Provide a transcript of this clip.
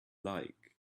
like